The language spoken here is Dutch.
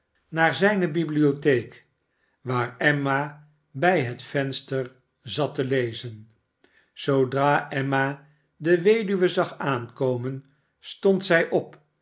naar zijne zonderlinge raadsels bibliotheek waar emma bij het venster zat te lezen zoodra emma de weduwe zag aankomen stond zij op